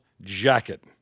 Jacket